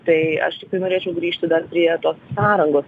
tai aš tiktai norėčiau grįžti dar prie tos sąrangos